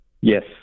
Yes